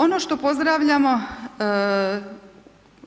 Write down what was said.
Ono pozdravljamo,